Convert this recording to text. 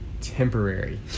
temporary